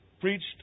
Preached